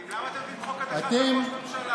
למה אתם מביאים חוק הדחה של ראש ממשלה?